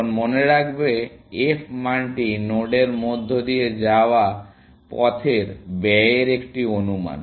এখন মনে রাখবে f মানটি নোডের মধ্য দিয়ে যাওয়া পথের ব্যয়ের একটি অনুমান